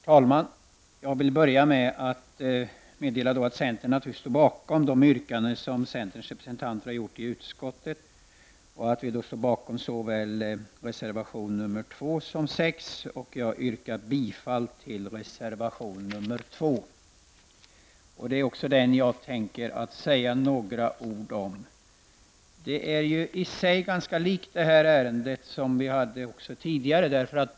Herr talman! Jag vill börja med att meddela att centerpartiet naturligtvis står bakom de yrkanden som centerns representanter gjort i utskottet. Vi står bakom såväl reservation 2 som 6, och jag yrkar bifall till reservation nr 2. Det är också den reservationen jag tänker säga några ord om. Detta ärende är i sig likt det ärende vi behandlade tidigare i dag.